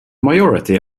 majority